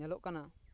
ᱧᱮᱞᱚᱜ ᱠᱟᱱᱟ